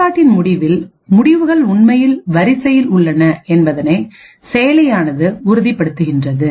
செயல்பாட்டின் முடிவில் முடிவுகள் உண்மையில் வரிசையில் உள்ளன என்பதனை செயலியானது உறுதிப்படுத்துகின்றது